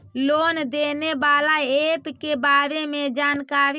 Loan देने बाला app के बारे मे जानकारी?